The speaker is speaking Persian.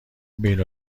بین